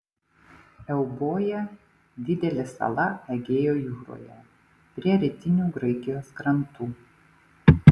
euboja didelė sala egėjo jūroje prie rytinių graikijos krantų